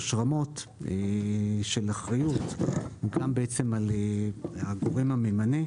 רמות של אחריות וגם על הגורם המינהלי,